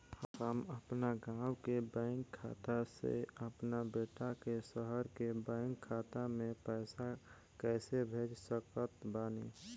हम अपना गाँव के बैंक खाता से अपना बेटा के शहर के बैंक खाता मे पैसा कैसे भेज सकत बानी?